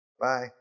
Bye